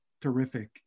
terrific